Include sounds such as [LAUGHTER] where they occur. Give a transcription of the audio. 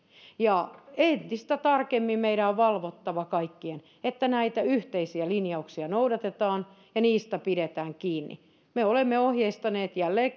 entistä tarkemmin meidän kaikkien on valvottava että näitä yhteisiä linjauksia noudatetaan ja niistä pidetään kiinni me olemme ohjeistaneet jälleen [UNINTELLIGIBLE]